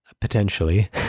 potentially